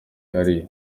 ariyo